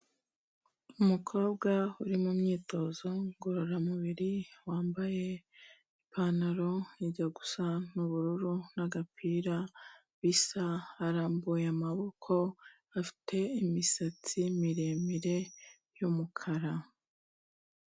Umukobwa uri mumyitozo ngororamubiri, wambaye ipantaro ijya gusa n'ubururu n'agapira bisa, arambuye amaboko afite imisatsi miremire y'umukara.